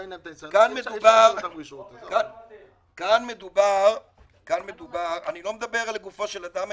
אני לא מדבר לגופו של אדם,